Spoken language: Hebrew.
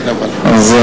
כן, אבל, כן.